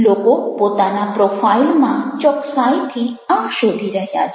લોકો પોતાના પ્રોફાઇલમાં ચોક્ક્સાઈથી આ શોધી રહ્યા છે